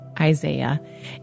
Isaiah